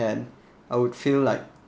hand I would feel like